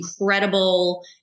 incredible